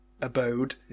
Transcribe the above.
abode